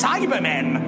Cybermen